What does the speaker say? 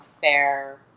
fair